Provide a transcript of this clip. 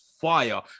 fire